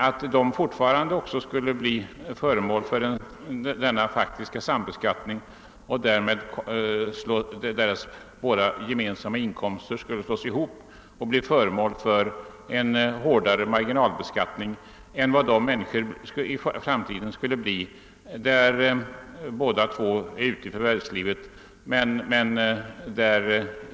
Dessa grupper kommer tydligen även i fortsättningen att bli föremål för denna faktiska sambeskattning trots att den särskilda skatteskalan för gifta skulle bortfalla, varigenom de drabbas av en hårdare marginalbeskattning än andra makar som båda förvärvsarbetar.